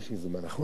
יש לי זמן, נכון?